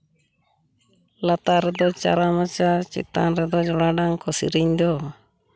ᱞᱟᱛᱟᱨ ᱨᱮᱫᱚ ᱪᱟᱨᱟ ᱢᱮᱥᱟ ᱪᱮᱛᱟᱱ ᱨᱮᱫᱚ ᱡᱚᱞᱟ ᱰᱟᱝ ᱠᱚ ᱥᱤᱨᱤᱧ ᱫᱚ